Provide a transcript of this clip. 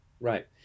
Right